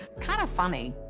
kind of funny,